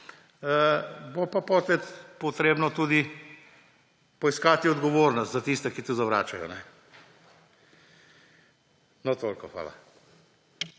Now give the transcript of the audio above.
bo pa potrebno tudi poiskati odgovornost za tiste, ki to zavračajo, kajne. No, toliko. Hvala.